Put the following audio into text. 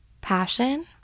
passion